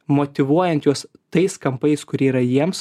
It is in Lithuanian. motyvuojant juos tais kampais kurie yra jiems